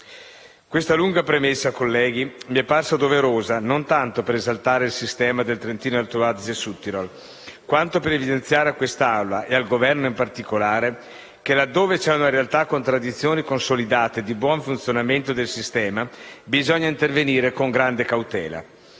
Questa lunga premessa, colleghi, mi è parsa doverosa non tanto per esaltare il sistema del Trentino-Alto Adige/Südtirol quanto per evidenziare a quest'Aula, e al Governo in particolare, che laddove c'è una realtà con tradizioni consolidate di buon funzionamento del sistema, bisogna intervenire con grande cautela.